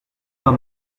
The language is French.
pas